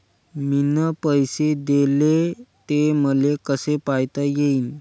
मिन पैसे देले, ते मले कसे पायता येईन?